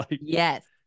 Yes